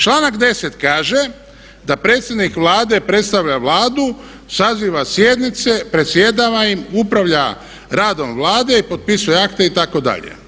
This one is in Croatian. Članak 10. kaže da predsjednik Vlade predstavlja Vladu, saziva sjednice, predsjedava im, upravlja radom Vlade i potpisuje akte itd.